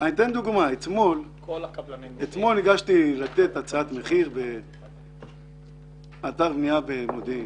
אתמול נתתי הצעת מחיר באתר בנייה במודיעין.